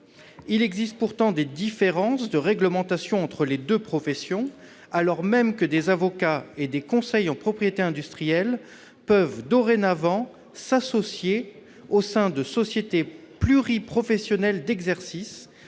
Il existe pourtant des différences de réglementation entre les deux professions, alors même que des avocats et des CPI peuvent dorénavant s'associer au sein des sociétés pluriprofessionnelles d'exercice